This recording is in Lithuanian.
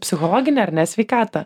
psichologinę ar ne sveikatą